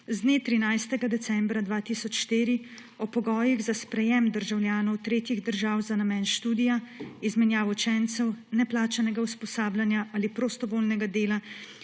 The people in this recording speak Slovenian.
z dne 13. decembra 2004, o pogojih za sprejem državljanov tretjih držav za namen študija, izmenjavo učencev, neplačanega usposabljanja ali prostovoljnega dela